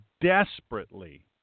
desperately